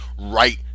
right